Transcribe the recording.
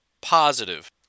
positive